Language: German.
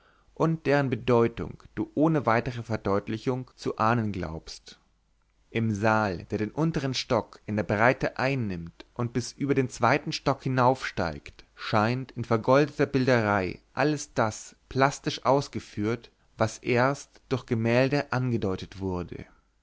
und deren bedeutung du ohne weitere verdeutlichung zu ahnen glaubst im saal der den untern stock in der breite einnimmt und bis über den zweiten stock hinaufsteigt scheint in vergoldeter bilderei alles das plastisch ausgeführt was erst durch gemälde angedeutet wurde